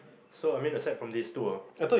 so I mean the side from these two ah